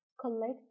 Collect